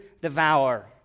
devour